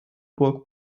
burg